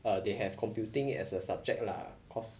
err they have computing as a subject lah cause